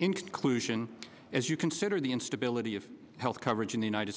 in conclusion as you consider the instability of health coverage in the united